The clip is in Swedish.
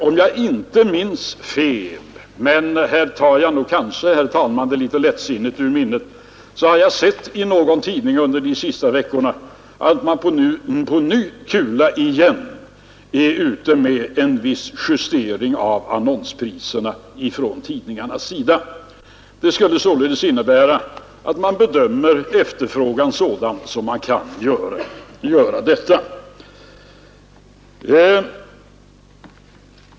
Om jag inte minns fel — men här tar jag, herr talman, uppgifterna kanske litet lättsinnigt ur minnet — har jag sett i någon tidning under de senaste veckorna att tidningarna på ny kula är ute för att göra en viss justering av annonspriserna. Det skulle således innebära att man bedömer efterfrågan vara sådan att man kan göra detta.